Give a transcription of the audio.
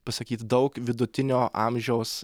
pasakyt daug vidutinio amžiaus